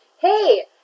hey